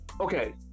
okay